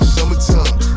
Summertime